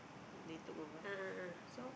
they took over so